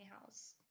house